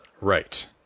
Right